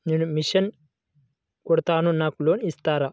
నేను మిషన్ కుడతాను నాకు లోన్ ఇస్తారా?